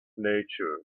nature